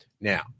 Now